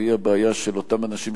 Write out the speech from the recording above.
והיא הבעיה של אותם אנשים,